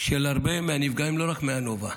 של הרבה מהנפגעים ולא רק מהנובה.